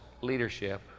leadership